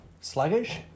sluggish